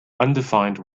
undefined